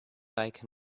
bike